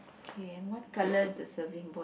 K and what color is the surfing board